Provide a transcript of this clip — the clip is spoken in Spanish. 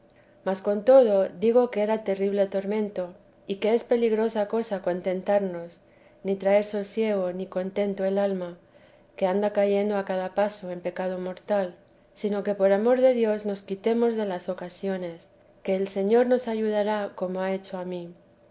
mas con todo digo que era terrible tormento y que es peligrosa cosa contentarnos ni traer sosiego ni contento el alma que anda cayendo a cada paso en pecado mortal sino que por amor de dios nos quitemos de las ocasiones que el señor nos ayudará como ha hecho a mí